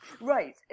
Right